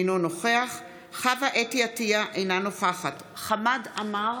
אינו נוכח חוה אתי עטייה, אינה נוכחת חמד עמאר,